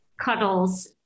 cuddles